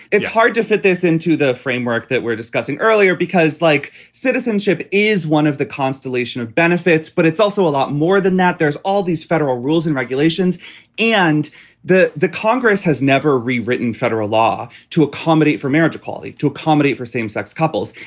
it's hard to fit this into the framework that we're discussing earlier because, like, citizenship is one of the constellation of benefits. but it's also a lot more than that. there's all these federal rules and regulations and that the congress has never rewritten federal law to accommodate for marriage equality, to accommodate for same sex couples.